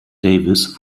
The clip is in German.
davis